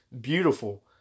Beautiful